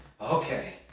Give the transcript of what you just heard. Okay